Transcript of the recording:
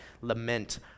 lament